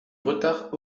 retard